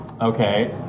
Okay